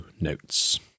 notes